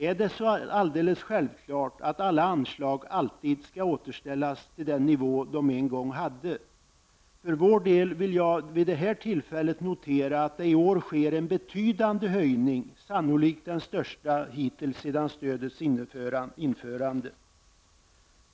Är det så alldeles självklart att alla anslag alltid skall återställas till den nivå de en gång hade? För vår del vill jag vid det här tillfället notera att det i år sker en betydande höjning, sannolikt den största hittills sedan stödets införande.